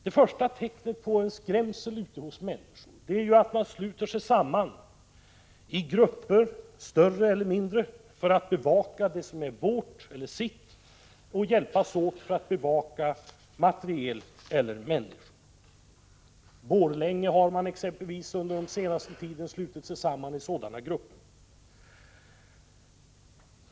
Det första tecknet på att människor är skrämda är att de sluter sig samman i grupper, större eller mindre, för att bevaka det som är deras. Det må gälla ägodelar eller människor. I exempelvis Borlänge har man under den senaste tiden slutit sig samman i sådana grupper.